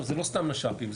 זה לא סתם נש"פים,